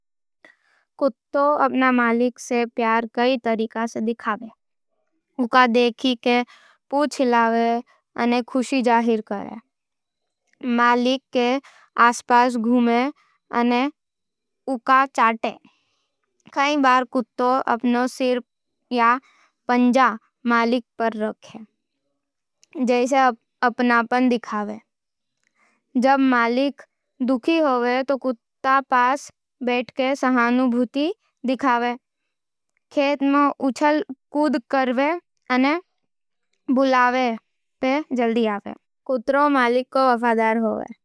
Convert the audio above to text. कुत्ता अपन मालिक से प्यार कई तरीके से देखावे। उँका देखके पूंछ हिलावे अने खुशी जाहिर करवे। मालिक के आसपास घुमे अने उँका चाटे। कई बार कुत्ता अपन सिर या पंजा मालिक पर रखे, जइसे अपनपन देखावे। जब मालिक दुखी होवे, तो कुत्ता पास बैठके सहानुभूति देखावे। खेल मं उछल-कूद करवे अने बुलावे पे जल्दी आवे। कुत्रो मलिक को वफादार।